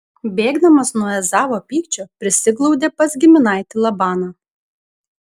bėgdamas nuo ezavo pykčio prisiglaudė pas giminaitį labaną